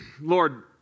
Lord